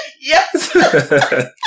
Yes